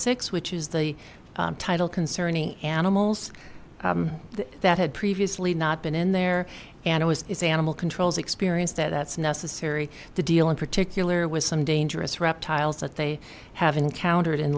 six which is the title concerning animals that had previously not been in there and it was is a animal control's experience that's necessary to deal in particular with some dangerous reptiles that they have encountered in